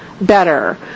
better